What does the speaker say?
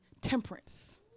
temperance